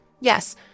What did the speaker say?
yes